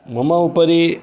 मम उपरि